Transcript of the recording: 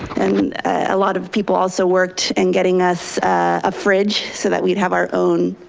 and a lot of people also worked in getting us a fridge so that we'd have our own,